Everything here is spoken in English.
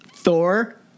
Thor